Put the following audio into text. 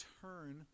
turn